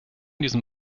diesen